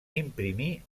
imprimir